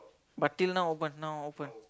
but till now open now open